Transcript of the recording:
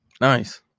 Nice